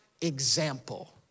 example